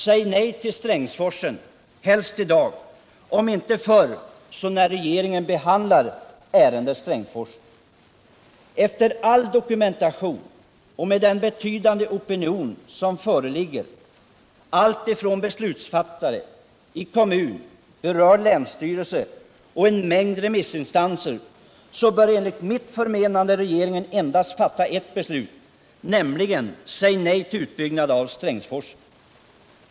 Säg nej till Strängsforsen — helst i dag och, om inte förr, så när regeringen skall behandla ärendet Strängsforsen! Herr talman! Efter all dokumentation och med den betydande opinion som föreligger, alltifrån beslutsfattare i kommun/berörd länsstyrelse och en mängd remissinstanser, bör enligt mitt förmenande regeringen endast fatta ert beslut, nämligen att säga nej till utbyggnad av Strängsforsen.